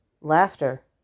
laughter